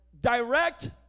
direct